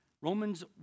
Romans